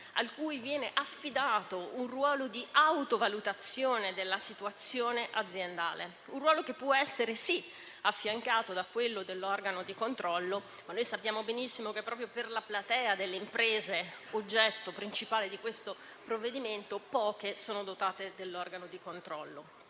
cui viene affidato un compito di autovalutazione della situazione aziendale. Un ruolo che può essere affiancato da quello dell'organo di controllo; sappiamo benissimo però che proprio per la platea delle imprese oggetto principale del provvedimento, poche sono dotate dell'organo di controllo.